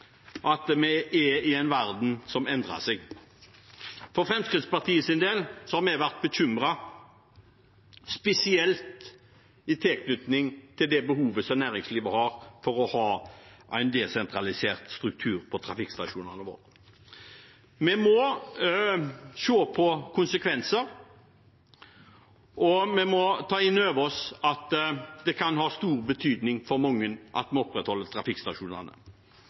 at vi er i en verden som endrer seg. For Fremskrittspartiets del har vi vært bekymret spesielt for det behovet næringslivet har for en desentralisert struktur på trafikkstasjonene våre. Vi må se på konsekvensene, og vi må ta inn over oss at det kan ha stor betydning for mange at vi opprettholder trafikkstasjonene.